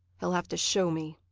he'll have to show me.